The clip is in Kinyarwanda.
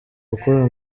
gukora